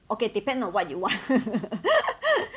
okay depends on what you want